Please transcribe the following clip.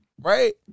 right